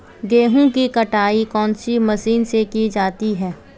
गेहूँ की कटाई कौनसी मशीन से की जाती है?